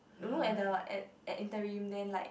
you look at the at interim then like